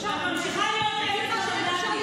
את לא מכירה את התקציב.